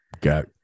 got